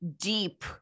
deep